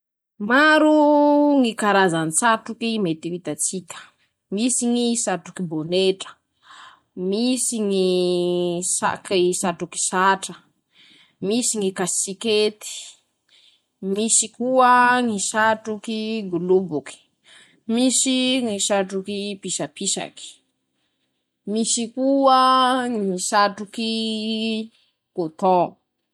.<...>Marooo ñy karazan-tsatroky mety ho hitan-tsika: -Misy ñy satroky bonetra ,misy.ñy iisakey satroky satra. ,misy ñy kasikety ,misy koa ñy satroky goloboky ,misy ñy satroky pisapisaky ,misy koa ñy satroky iii kôton.